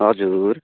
हजुर